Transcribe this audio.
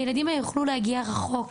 הילדים האלה יוכלו להגיע רחוק,